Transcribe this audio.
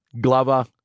Glover